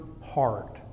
heart